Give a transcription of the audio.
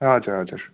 हजुर हजुर